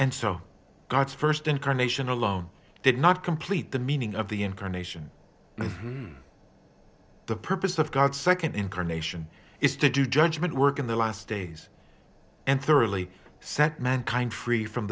and so god's st incarnation alone did not complete the meaning of the incarnation and the purpose of god nd incarnation is to do judgment work in the last days and thoroughly set mankind free from